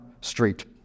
street